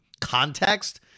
context